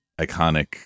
iconic